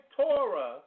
Torah